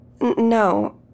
No